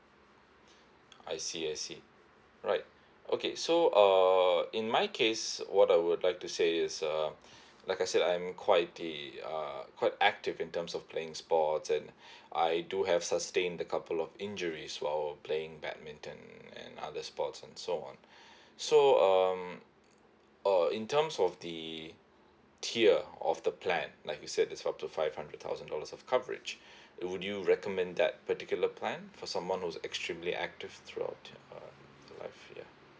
I see I see alright okay so uh in my case what I would like to say is uh like I say I'm quite the uh quite active in terms of playing sports and I do have sustained a couple of injuries while playing badminton and other sports and so on so um uh in terms of the tier of the plan like you said is up to five hundred thousand dollars of coverage would you recommend that particular plan for someone who is extremely active throughout uh life ya